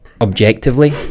objectively